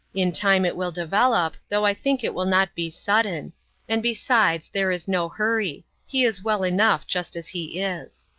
in time it will develop, though i think it will not be sudden and besides, there is no hurry he is well enough just as he is.